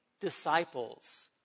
disciples